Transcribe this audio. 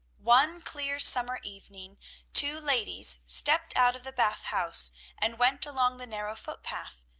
one clear summer evening two ladies stepped out of the bath house and went along the narrow footpath,